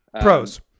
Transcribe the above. pros